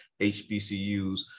HBCUs